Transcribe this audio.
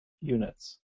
units